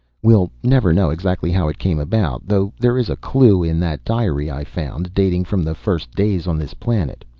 we'll never know exactly how it came about, though there is a clue in that diary i found, dating from the first days on this planet.